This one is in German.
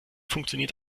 funktioniert